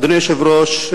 אדוני היושב-ראש,